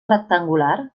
rectangular